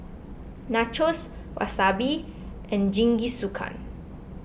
Nachos Wasabi and Jingisukan